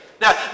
Now